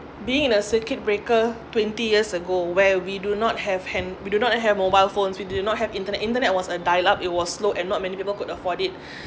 being a circuit breaker twenty years ago where we do not have hand~ we do not have mobile phones we did not have internet internet was a dial up it was slow and not many people could afford it